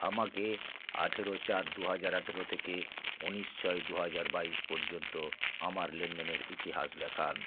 আমাকে আঠেরো চার দু হাজার আঠেরো থেকে উনিশ ছয় দু হাজার বাইশ পর্যন্ত আমার লেনদেনের ইতিহাস দেখান